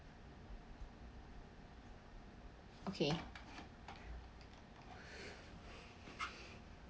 okay